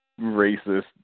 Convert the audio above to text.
racist